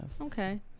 Okay